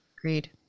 agreed